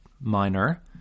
minor